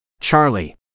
Charlie